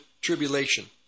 tribulation